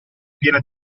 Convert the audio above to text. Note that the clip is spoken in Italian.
piena